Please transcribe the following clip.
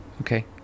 okay